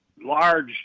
large